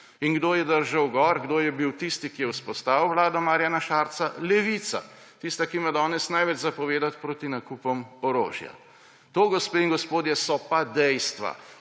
In kdo je držal gor, kdo je bil tisti, ki je vzpostavil vlado Marjana Šarca? Levica. Tista, ki ima danes največ povedati proti nakupom orožja. To, gospe in gospodje, so pa dejstva.